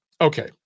Okay